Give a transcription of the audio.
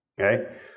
Okay